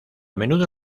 menudo